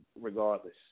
regardless